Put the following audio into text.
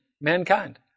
mankind